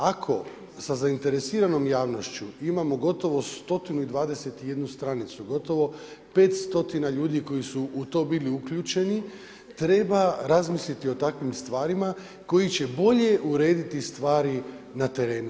Ako, sa zainteresiranom javnošću imamo gotovo 121 stranicu, gotovo 500 ljudi koji su u to bili uključeni, treba razmisliti o takvim stvarima, koji će bolje urediti stvari na terenu.